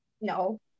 no